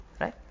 Right